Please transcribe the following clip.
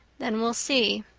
then we'll see.